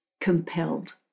Compelled